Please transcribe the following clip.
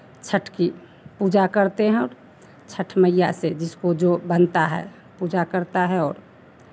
छठ की पूजा करते हैं और छठ मइया से जिसको जो बनता है पूजा करता है और